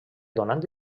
donant